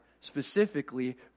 specifically